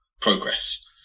progress